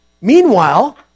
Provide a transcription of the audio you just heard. Meanwhile